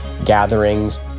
Gatherings